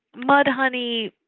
mudhoney,